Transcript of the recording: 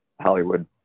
Hollywood